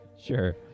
Sure